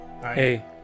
Hey